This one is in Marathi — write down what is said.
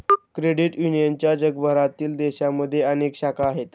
क्रेडिट युनियनच्या जगभरातील देशांमध्ये अनेक शाखा आहेत